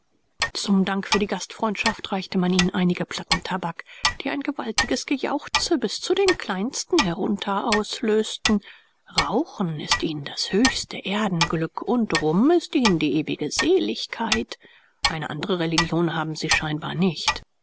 zum dank für die gastfreiheit reichte man ihnen einige platten tabak die ein gewaltiges gejauchze bis zu den kleinsten herunter auslösten rauchen ist ihnen das höchste erdenglück und rum ist ihnen die ewige seligkeit eine andre religion haben sie scheinbar nicht